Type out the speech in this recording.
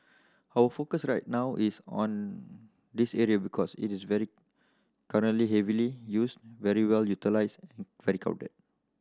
our focus right now is on this area because it is very currently heavily used very well utilised very crowded